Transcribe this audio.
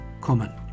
kommen